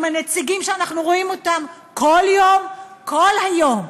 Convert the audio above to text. עם הנציגים שאנחנו רואים אותם כל יום כל היום?